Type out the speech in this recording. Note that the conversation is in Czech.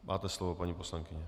Máte slovo, paní poslankyně.